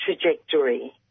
trajectory